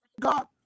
God